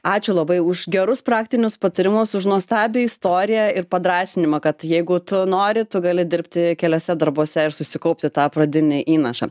ačiū labai už gerus praktinius patarimus už nuostabią istoriją ir padrąsinimą kad jeigu tu nori tu gali dirbti keliose darbuose ir susikaupti tą pradinį įnašą